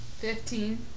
Fifteen